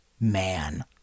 man